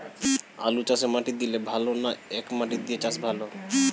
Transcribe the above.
আলুচাষে মাটি দিলে ভালো না একমাটি দিয়ে চাষ ভালো?